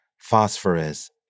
Phosphorus